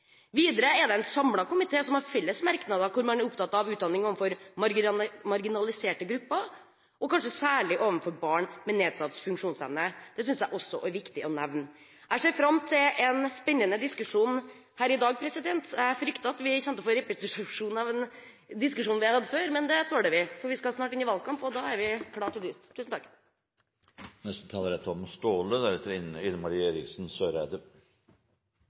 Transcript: Videre er det en samlet komité som har felles merknader, hvor man er opptatt av utdanning for marginaliserte grupper og kanskje særlig for barn med nedsatt funksjonsevne. Det synes jeg også det er viktig å nevne. Jeg ser fram til en spennende diskusjon her i dag. Jeg frykter at vi får repetisjon av en diskusjon vi har hatt før, men det tåler vi, for vi skal snart inn i valgkamp, og da er vi klare til dyst. Først og fremst vil jeg takke forslagsstillerne som setter en viktig sak på dagsordenen. Utdanning er